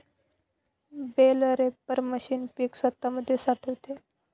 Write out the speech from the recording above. bell wrapper machine पीक स्वतामध्ये साठवते